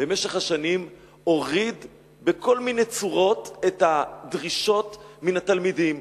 במשך השנים הוריד בכל מיני צורות את הדרישות מן התלמידים.